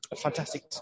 Fantastic